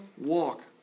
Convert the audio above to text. walk